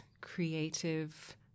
creative